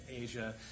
Asia